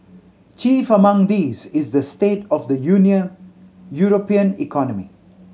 chief among these is the state of the Union European economy